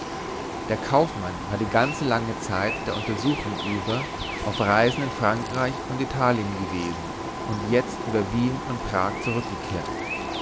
der kaufmann war die ganze lange zeit der untersuchung über auf reisen in frankreich und italien gewesen und jetzt über wien und prag zurückgekehrt